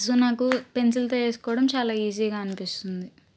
so నాకు పెన్సిల్తో వేసుకోవడం చాలా ఈజీగా అనిపిస్తుంది